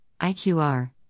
IQR